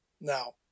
now